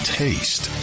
taste